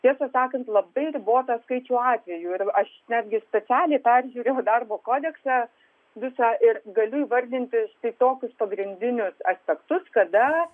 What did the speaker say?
tiesą sakant labai ribotą skaičių atvejų ir aš netgi specialiai peržiūrėjau darbo kodeksą visą ir galiu įvardinti tokius pagrindinius aspektus kada